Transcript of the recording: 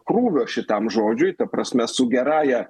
krūvio šitam žodžiui ta prasme su gerąja